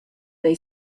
they